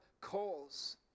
calls